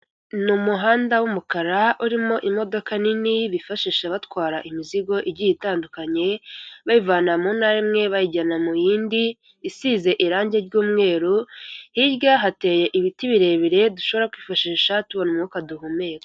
Ni umuhanda w'umukara urimo imodoka nini bifashisha batwara imizigo igiye itandukanye, bayivana mu ntara imwe bayijyana mu yindi, isize irangi ry'umweru hirya hateye ibiti birebire dushobora kwifashisha tubona umwuka duhumeka.